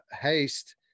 haste